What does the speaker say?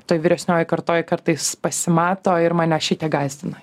toj vyresniojoj kartoj kartais pasimato ir mane šitie gąsdina